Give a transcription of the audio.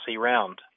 round